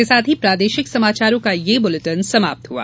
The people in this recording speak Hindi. इसके साथ ही प्रादेशिक समाचारों का ये बुलेटिन समाप्त हुआ